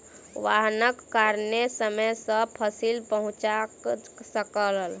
वाहनक कारणेँ समय सॅ फसिल पहुँच सकल